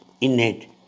innate